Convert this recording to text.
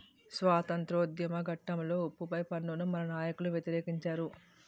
స్వాతంత్రోద్యమ ఘట్టంలో ఉప్పు పై పన్నును మన నాయకులు వ్యతిరేకించారు